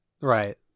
Right